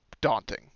daunting